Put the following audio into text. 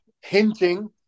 hinting